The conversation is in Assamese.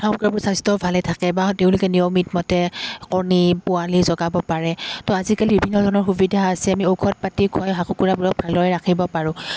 হাঁহ কুকুৰাবোৰৰ স্বাস্থ্যও ভালে থাকে বা তেওঁলোকে নিয়মিত মতে কণী পোৱালি জগাব পাৰে তো আজিকালি বিভিন্ন ধৰণৰ সুবিধা আছে আমি ঔষধ পাতি খুৱাই হাঁহ কুকুৰাবোৰক ভালদৰে ৰাখিব পাৰোঁ